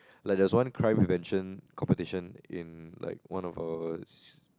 like there's one crime prevention competition in like one of our